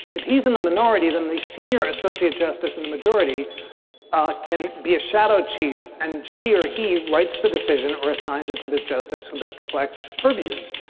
if he's in the minority than the senior associate justice in the majority can be a shadow chief. and she or he writes the decision or assigns it to the justice who best reflects her views.